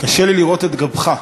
קשה לי לראות את גבך.